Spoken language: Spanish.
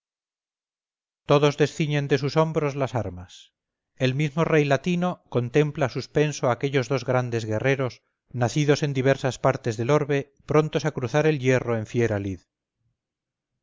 todos desciñen de sus hombros las armas el mismo rey latino contempla suspenso a aquellos dos grandes guerreros nacidos en diversas partes del orbe prontos a cruzar el hierro en fiera lid